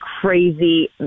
crazy